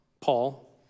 Paul